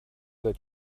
that